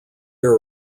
are